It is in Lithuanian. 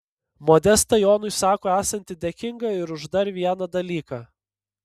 modesta jonui sako esanti dėkinga ir už dar vieną dalyką